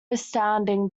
astounding